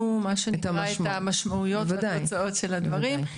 את המשמעויות ואת התוצאות של הדברים.